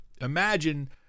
imagine